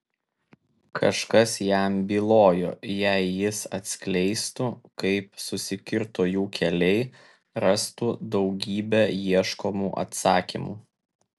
kažkas jam bylojo jei jis atskleistų kaip susikirto jų keliai rastų daugybę ieškomų atsakymų